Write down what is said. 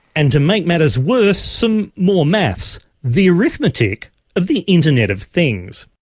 and to make matters worse, some more maths the arithmetic of the internet of things.